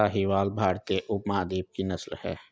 साहीवाल भारतीय उपमहाद्वीप की नस्ल है